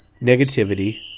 negativity